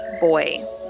boy